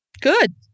Good